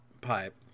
pipe